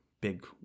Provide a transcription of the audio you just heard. big